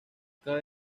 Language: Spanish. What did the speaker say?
cabe